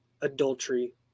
adultery